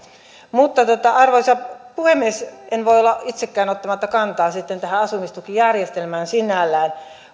arvoisa puhemies en voi olla itsekään ottamatta kantaa sitten tähän asumistukijärjestelmään sinällään